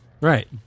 Right